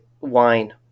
wine